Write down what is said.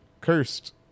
cursed